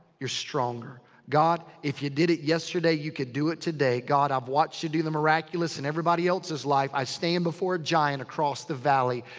you're stronger. god, if you did it yesterday, you can do it today. god, i've watched you do the miraculous in everybody else's life. i stand before a giant across the valley.